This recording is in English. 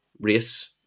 race